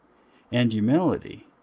and humility,